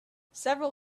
several